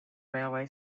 railway